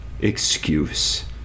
excuse